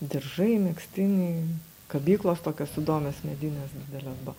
diržai megztiniai kabyklos tokios įdomios medinės didelės buvo